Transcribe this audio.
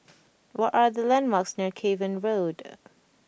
what are the landmarks near Cavan Road